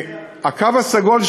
"הקו הסגול",